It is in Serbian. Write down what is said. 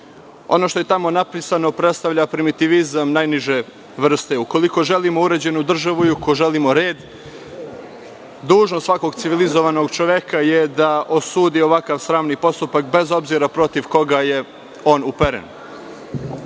što je tamo napisano predstavlja primitivizam najniže vrste. Ukoliko želimo uređenu državu i ukoliko želimo red, dužnost svakog civilizovanog čoveka je da osudi ovakav sramni postupak, bez obzira protiv koga je on uperen. Ko